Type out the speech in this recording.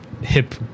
hip